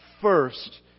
first